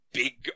big